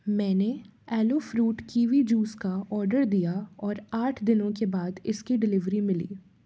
मैंने एलो fruit kiwi juice का ऑर्डर दिया और आठ दिनों के बाद इसकी डिलीवरी मिली